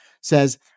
says